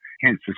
hence